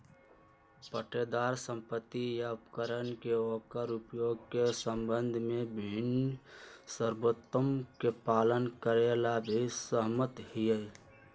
पट्टेदार संपत्ति या उपकरण के ओकर उपयोग के संबंध में विभिन्न शर्तोवन के पालन करे ला भी सहमत हई